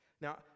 Now